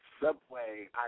Subway